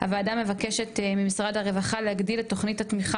15. הוועדה מבקשת ממשרד הרווחה להגדיל את תוכנית התמיכה